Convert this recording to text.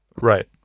Right